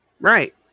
right